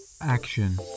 action